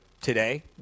today